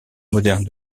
moderne